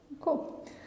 Cool